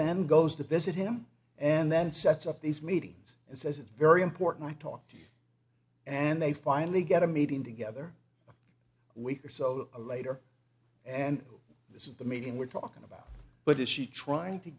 then goes to visit him and then sets up these meetings and says it's very important i talk to him and they finally get a meeting together week or so later and this is the meeting we're talking about but is she trying to